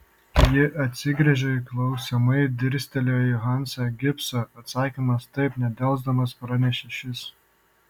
ji atsigręžė ir klausiamai dirstelėjo į hansą gibsą atsakymas taip nedelsdamas pranešė šis